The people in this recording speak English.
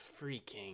freaking